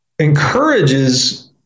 encourages